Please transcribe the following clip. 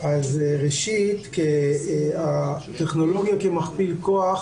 אז ראשית, הטכנולוגיה כמכפיל כוח